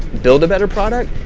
build a better product,